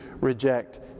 reject